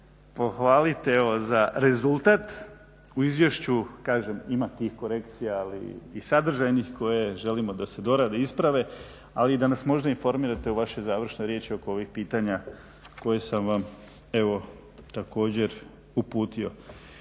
pohvalit evo za rezultat. U izvješću kažem ima tih korekcija ali i sadržajnih koje želimo da se dorade, isprave ali da nas i možda informirate o vašoj završnoj riječi oko ovih pitanja koje sam vam evo također uputio.